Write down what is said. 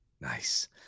Nice